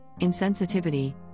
insensitivity